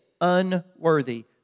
unworthy